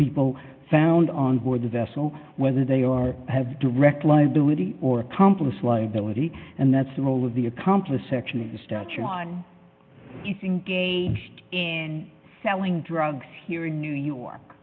people found on board the vessel whether they are have direct liability or accomplice liability and that's the role of the accomplice section in the statute on using gauged in selling drugs here in new york